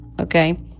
okay